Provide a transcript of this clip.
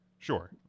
Sure